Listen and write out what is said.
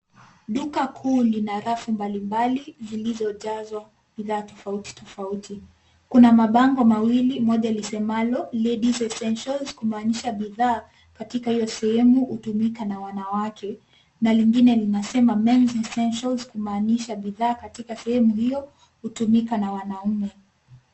Duka kuu lina rafu mbali mbali zilizojazwa bidhaa tofauti tofauti. Kuna mabango mawili, moja lisemalo, ladies essentials , kumaanisha bidhaa katika hio sehemu hutumika na wanawake , na lingine linasema mens essentials , kumaanisha bidhaa katika sehemu hio hutumika na wanaume.